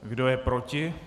Kdo je proti?